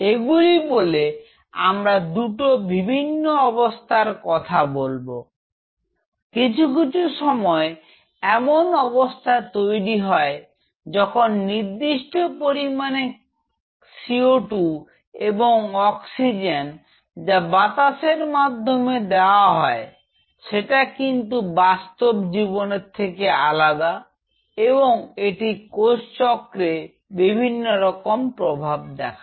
এগুলি বলে আমরা দুটো বিভিন্ন অবস্থার কথা বলব কিছু কিছু সময় এমন অবস্থা তৈরি হয় যখন নির্দিষ্ট পরিমাণে CO2 এবং অক্সিজেন যা বাতাসের মাধ্যমে দেয়া হয় যেটা কিন্তু বাস্তব জীবনের থেকে আলাদা এবং এটি কোষচক্রে বিভিন্ন রকম প্রভাব দেখায়